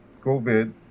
COVID